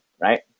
right